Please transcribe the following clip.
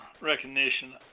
recognition